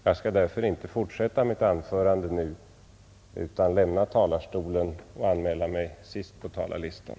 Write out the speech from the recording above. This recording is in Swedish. Jag skall därför inte fortsätta mitt anförande nu utan lämna talarstolen och anmäla mig sist på talarlistan.